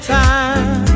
time